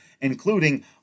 including